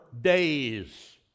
days